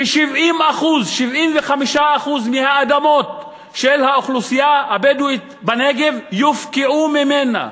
70% 75% מהאדמות של האוכלוסייה הבדואית בנגב יופקעו ממנה.